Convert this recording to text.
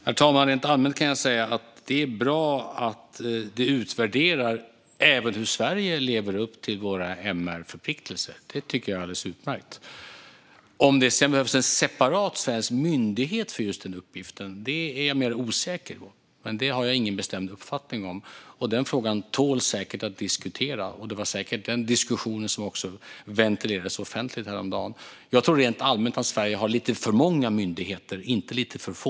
Herr talman! Rent allmänt kan jag säga att det är bra att det utvärderas hur även Sverige lever upp till MR-förpliktelserna. Det tycker jag är alldeles utmärkt. Om det sedan behövs en separat svensk myndighet för just den uppgiften är jag mer osäker på. Det har jag ingen bestämd uppfattning om. Den frågan tål nog att diskuteras, och det var säkert den diskussionen som ventilerades offentligt häromdagen. Jag tror rent allmänt att Sverige har lite för många myndigheter, inte lite för få.